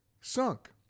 sunk